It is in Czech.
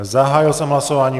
Zahájil jsem hlasování.